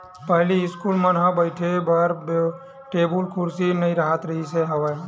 पहिली इस्कूल मन म बइठे बर टेबुल कुरसी नइ राहत रिहिस हवय